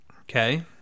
Okay